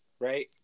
right